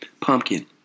pumpkin